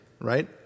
right